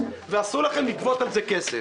ואסור לכם לגבות על זה כסף.